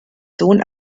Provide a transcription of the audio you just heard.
sohn